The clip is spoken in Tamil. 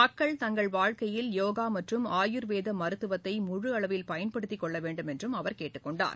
மக்கள் தங்கள் வாழ்க்கையில் யோகா மற்றும் ஆயூர்வேத மருத்துவத்தை முழு அளவில் பயன்படுத்திக் கொள்ள வேண்டுமென்றும் அவர் கேட்டுக் கொண்டார்